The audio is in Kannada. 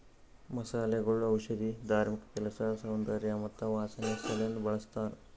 ಮಸಾಲೆಗೊಳ್ ಔಷಧಿ, ಧಾರ್ಮಿಕ ಕೆಲಸ, ಸೌಂದರ್ಯ ಮತ್ತ ವಾಸನೆ ಸಲೆಂದ್ ಬಳ್ಸತಾರ್